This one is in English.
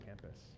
campus